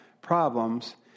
problems